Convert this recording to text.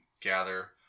gather